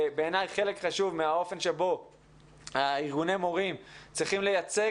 בעיניי חלק חשוב מהאופן שבו ארגוני המורים צריכים לייצג